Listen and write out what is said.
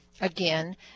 again